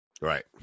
Right